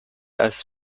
als